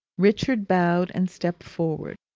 richard bowed and stepped forward.